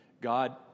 God